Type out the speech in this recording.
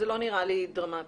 נראה לי דרמטי,